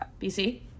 bc